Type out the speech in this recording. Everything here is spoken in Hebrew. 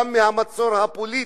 גם מהמצור הפוליטי,